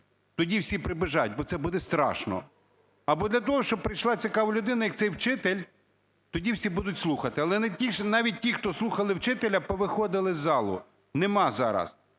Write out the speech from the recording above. тоді всі прибіжать, бо це буде страшно, або для того, щоб прийшла цікава людина, як цей вчитель, тоді всі будуть слухати. Але навіть ті, хто слухали вчителя, повиходили з залу – нема зараз.